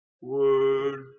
word